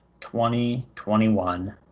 2021